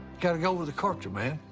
gotta go with the culture, man.